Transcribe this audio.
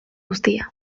guztia